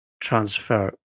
transfer